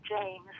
James